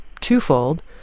twofold